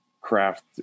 craft